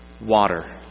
Water